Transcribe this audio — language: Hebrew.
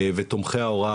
ותומכי ההוראה,